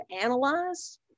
analyze